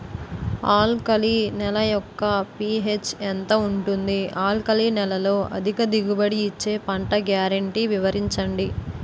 Alkali నేల యెక్క pH ఎంత ఉంటుంది? ఆల్కలి నేలలో అధిక దిగుబడి ఇచ్చే పంట గ్యారంటీ వివరించండి?